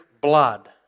blood